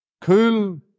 Cool